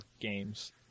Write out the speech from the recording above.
games